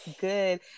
good